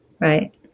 Right